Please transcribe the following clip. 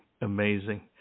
amazing